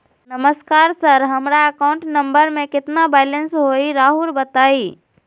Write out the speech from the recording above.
नमस्कार सर हमरा account number में कितना बैलेंस हेई राहुर बताई?